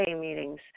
meetings